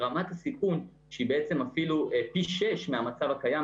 רמת הסיכון שהיא בעצם אפילו פי שש מהמצב הקיים,